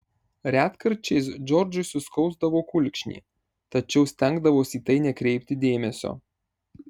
retkarčiais džordžui suskausdavo kulkšnį tačiau stengdavosi į tai nekreipti dėmesio